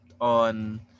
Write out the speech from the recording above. on